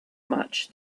much